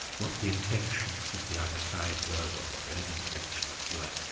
what the intentions of the other side were, what their own intentions were.